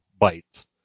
bytes